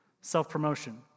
Self-promotion